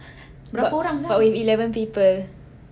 but but with eleven people